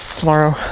tomorrow